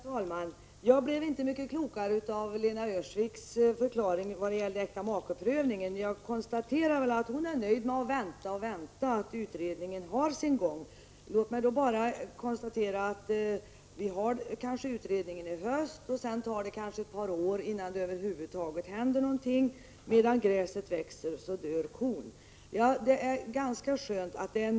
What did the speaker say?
Herr talman! Jag blev inte mycket klokare av Lena Öhrsviks förklaring när det gäller äktamakeprövningen. Hon är nöjd med att vänta och vänta och låta utredningen ha sin gång. Låt mig då bara konstatera att utredningen kanske är klar i höst och att det sedan kan ta ett par år innan det över huvud taget händer någonting. Medan gräset växer dör kon.